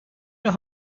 sure